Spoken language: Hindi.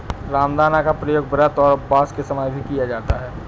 रामदाना का प्रयोग व्रत और उपवास के समय भी किया जाता है